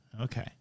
Okay